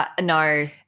No